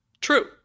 True